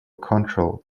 control